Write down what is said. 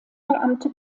beamte